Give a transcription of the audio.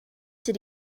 did